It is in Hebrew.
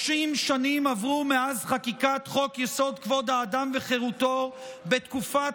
30 שנים עברו מאז חקיקת חוק-יסוד: כבוד האדם וחירותו בתקופת